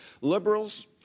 Liberals